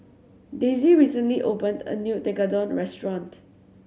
Daisy recently opened a new Tekkadon restaurant